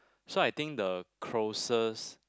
so I think the closest